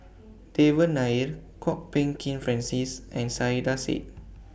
Devan Nair Kwok Peng Kin Francis and Saiedah Said